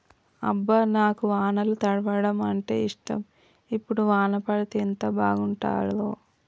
అబ్బ నాకు వానల తడవడం అంటేఇష్టం ఇప్పుడు వాన పడితే ఎంత బాగుంటాడో